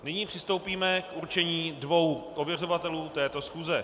Nyní přistoupíme k určení dvou ověřovatelů této schůze.